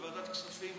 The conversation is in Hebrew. בוועדת הכספים,